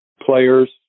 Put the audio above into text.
players